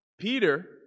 Peter